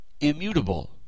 immutable